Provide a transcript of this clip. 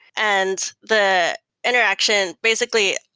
and the interaction basically,